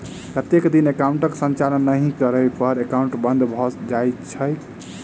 कतेक दिन एकाउंटक संचालन नहि करै पर एकाउन्ट बन्द भऽ जाइत छैक?